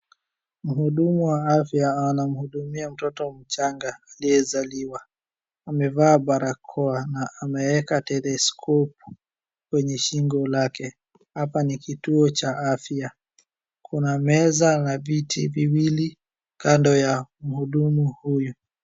Mhudumu wa afya anamhudumia mtoto mchanga aliyezaliwa amevaa barakoa na ameweka stetheskopu kwenye shingo lake. Hapa ni kituo cha afya kuna meza na viti viwili kando ya mhudumu huyu.